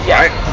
right